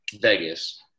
Vegas